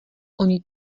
oni